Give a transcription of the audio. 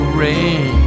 rain